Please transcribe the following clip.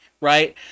right